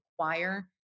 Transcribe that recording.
require